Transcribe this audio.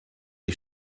die